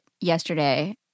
yesterday